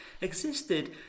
existed